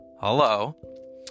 Hello